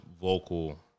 vocal